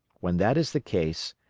when that is the case,